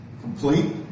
complete